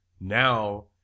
Now